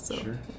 Sure